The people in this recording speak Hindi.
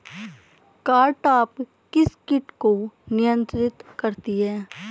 कारटाप किस किट को नियंत्रित करती है?